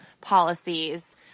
policies